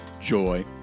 joy